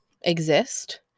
exist